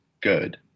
good